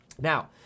Now